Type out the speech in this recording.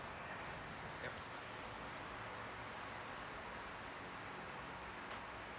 yup